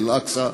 לאל-אקצא,